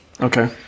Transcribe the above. Okay